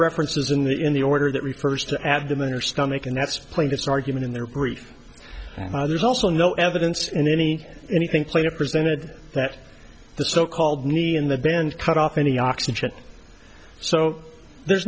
references in the in the order that refers to add them in your stomach and that's play this argument in their brief there's also no evidence in any anything plainer presented that the so called nie in the band cut off any oxygen so there's